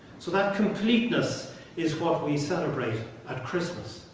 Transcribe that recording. so that completeness is what we celebrate at christmas.